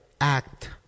act